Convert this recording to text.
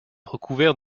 recouvert